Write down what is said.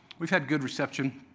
we've had good reception.